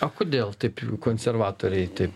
o kodėl taip konservatoriai tai